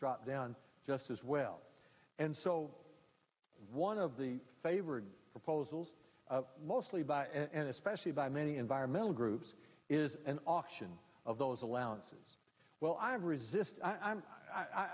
dropped down just as well and so one of the favored proposals mostly by and especially by many environmental groups is an auction of those allowances well i've resisted i'm